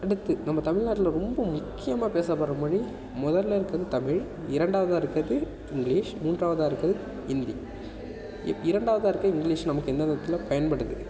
அடுத்து நம்ம தமிழ்நாட்டில் ரொம்ப முக்கியமாக பேசப்படுகிற மொழி முதலில் இருக்கிறது தமிழ் இரண்டாவதாக இருக்கிறது இங்கிலீஷ் மூன்றாவதாக இருக்கிறது ஹிந்தி இ இரண்டாவதாக இருக்கிற இங்கிலீஷ் நமக்கு எந்தந்த இடத்தில் பயன்படுது